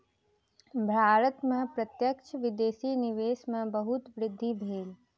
भारत में प्रत्यक्ष विदेशी निवेश में बहुत वृद्धि भेल